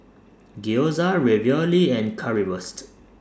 Gyoza Ravioli and Currywurst